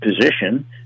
position